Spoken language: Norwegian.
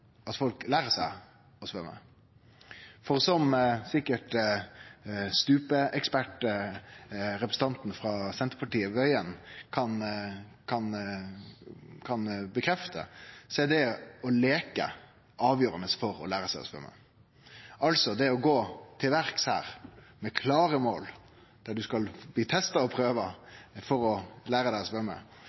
at folk lærer seg å svømme, for som stupeekspert og representant for Senterpartiet, Anne Tingelstad Wøien, sikkert kan bekrefte, er det å leike avgjerande for å lære seg å svømme. Vi må passe på at vi ikkje legg opp dette løpet sånn at vi går til verks med klare mål, der ein skal bli testa og prøvd for å lære